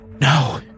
No